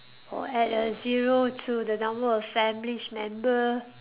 or add a zero to the number of family's member